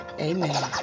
Amen